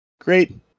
great